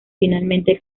finalmente